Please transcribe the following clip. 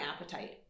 appetite